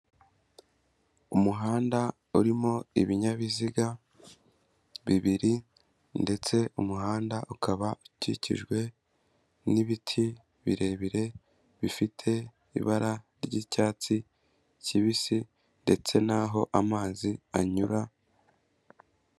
Umuhanda urimo ibinyabiziga bibiri ndetse umuhanda ukaba ukikijwe n'ibiti birebire bifite ibara ry'icyatsi kibisi ndetse naho amazi anyura.